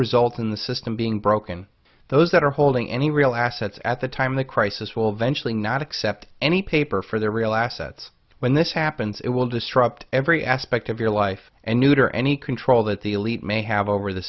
result in the system being broken those that are holding any real assets at the time of the crisis will eventually not accept any paper for their real assets when this happens it will disrupt every aspect of your life and neuter any control that the elite may have over the